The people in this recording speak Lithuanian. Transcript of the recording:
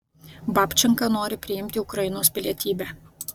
babčenka nori priimti ukrainos pilietybę